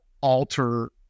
alter